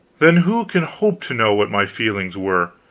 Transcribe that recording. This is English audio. then who can hope to know what my feelings were,